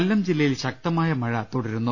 കൊല്ലം ജില്ലയിൽ ശക്തമായ മഴ തുടരുന്നു